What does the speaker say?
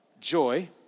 joy